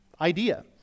idea